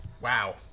Wow